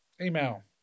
Email